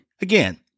Again